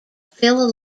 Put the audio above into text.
phil